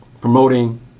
promoting